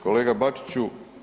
Kolega Bačiću.